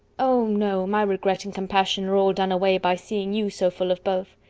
oh! no, my regret and compassion are all done away by seeing you so full of both.